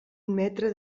metre